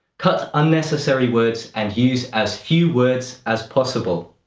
cut unnecessary words and use as few words as possible.